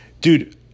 dude